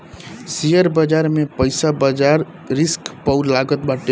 share बाजार में पईसा बाजार रिस्क पअ लागत बाटे